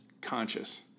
conscious